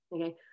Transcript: okay